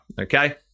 okay